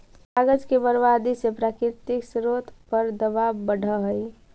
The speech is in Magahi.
कागज के बर्बादी से प्राकृतिक स्रोत पर दवाब बढ़ऽ हई